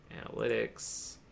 analytics